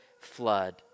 flood